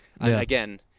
again